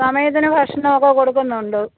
സമയത്തിന് ഭക്ഷണമൊക്കെ കൊടുക്കുന്നുണ്ട്